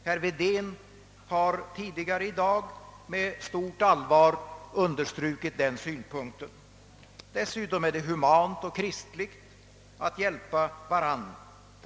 Herr Wedén har tidigare i dag med stort allvar understrukit den synpunkten.